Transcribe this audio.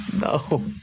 No